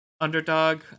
Underdog